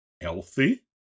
healthy